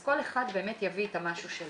כל אחד באמת יביא את המשהו שלו.